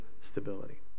stability